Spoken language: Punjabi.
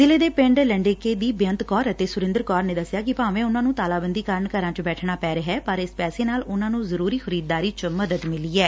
ਜਿਲ੍ਹੇ ਦੇ ਪਿੰਡ ਲੰਡੇਕੇ ਦੀ ਬੇਅੰਤ ਕੌਰ ਅਤੇ ਸੁਰਿੰਦਰ ਕੌਰ ਨੇ ਦੱਸਿਆ ਕਿ ਭਾਵੇਂ ਉਨ੍ਹਾਂ ਨੂੰ ਤਾਲਾਬੰਦੀ ਕਾਰਨ ਘਰਾਂ 'ਚ ਬੈਠਣਾ ਪੈ ਰਿਹੈ ਪਰ ਇਸ ਪੈਸੇ ਨਾਲ ਉਨੂਾ ਨੂੰ ਜਰੂਰੀ ਖਰੀਦਦਾਰੀ 'ਚ ਮਦਦ ਮਿਲੀ ਏ